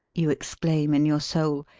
you exclaim in your soul,